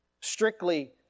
strictly